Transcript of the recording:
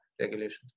regulations